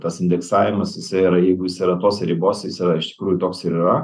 tas indeksavimas jisai yra jeigu jis yra tose ribose jis yra iš tikrųjų toks ir yra